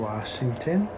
Washington